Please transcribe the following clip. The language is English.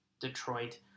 Detroit